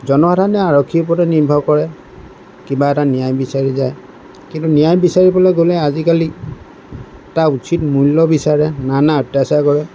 জনসাধাৰণে আৰক্ষীৰ ওপৰতে নিৰ্ভৰ কৰে কিবা এটা ন্যায় বিচাৰি যায় কিন্তু ন্যায় বিচাৰিবলৈ গ'লে আজিকালি তাৰ উচিত মূল্য বিচাৰে নানা অত্যাচাৰ কৰে